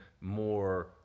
more